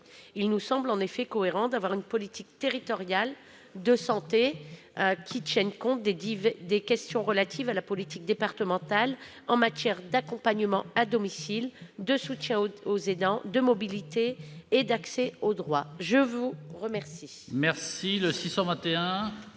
Il nous semble en effet cohérent d'avoir une politique territoriale de santé qui tienne compte des diverses questions relatives à la politique départementale en matière d'accompagnement à domicile, de soutien aux aidants, de mobilité et d'accès au droit. L'amendement